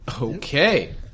Okay